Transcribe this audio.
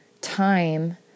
time